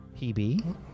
PB